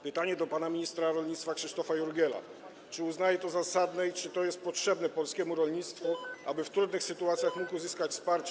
Pytanie do pana ministra rolnictwa Krzysztofa Jurgiela, czy uznaje to za zasadne i czy to jest potrzebne polskiemu rolnictwu, aby w trudnych sytuacjach mógł uzyskać wsparcie.